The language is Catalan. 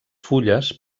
fulles